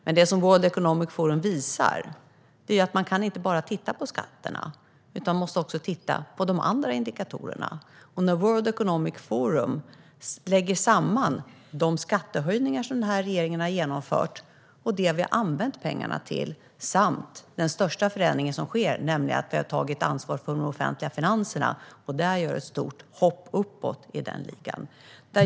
Men det som World Economic Forum visar är att man inte bara kan titta på skatterna, utan man måste också titta på de andra indikatorerna. World Economic Forum lägger samman de skattehöjningar som den här regeringen har genomfört, det vi har använt pengarna till samt den största förändringen, nämligen att vi har tagit ansvar för de offentliga finanserna och gör ett stort hopp uppåt i den ligan.